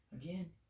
Again